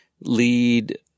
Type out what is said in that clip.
lead